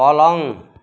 पलङ